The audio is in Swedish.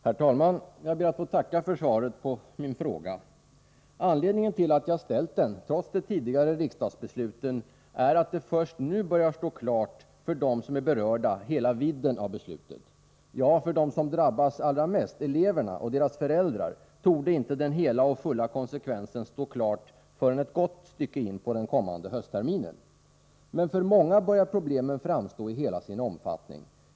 Herr talman! Jag ber att få tacka för svaret på min fråga. Anledningen till att jag har ställt frågan, trots de tidigare riksdagsbesluten, är att det är först nu som hela vidden av beslutet börjar stå klar för dem som är berörda. Ja, för dem som drabbas allra mest, eleverna och deras föräldrar, torde inte den hela och fulla konsekvensen stå klar förrän ett gott stycke in på kommande hösttermin. Men för många börjar problemen framstå i hela sin omfattning.